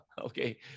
okay